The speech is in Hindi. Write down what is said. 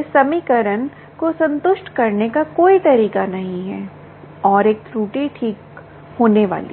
इस समीकरण को संतुष्ट करने का कोई तरीका नहीं है और एक त्रुटि ठीक होने वाली है